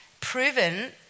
proven